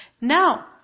Now